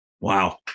Wow